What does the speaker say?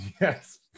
Yes